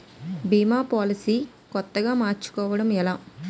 భీమా policy కొత్తగా మార్చుకోవడం ఎలా?